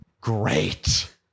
great